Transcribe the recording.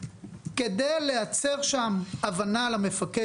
כדי לייצר הבנה למפקד